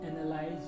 analyze